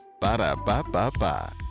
Ba-da-ba-ba-ba